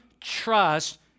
trust